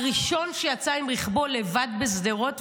הראשון שיצא עם רכבו לבד בשדרות,